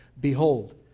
Behold